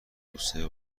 روستایی